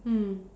mm